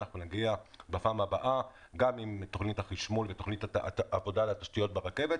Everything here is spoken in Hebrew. אנחנו נגיע בפעם הבאה עם תכנית החשמול ותכנית העבודה על התשתיות ברכבת,